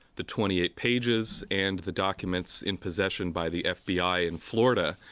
the twenty eight pages and the documents in possession by the fbi in florida,